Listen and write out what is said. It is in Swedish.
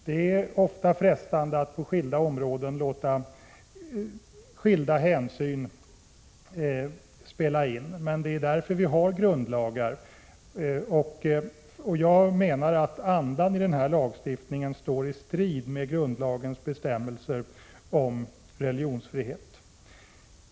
Det är ofta frestande att på olika områden låta skilda hänsyn spela in. Men det är därför vi har grundlagar. Och jag menar att andan i den här lagen står i strid med grundlagens bestämmelser om religionsfrihet.